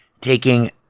taking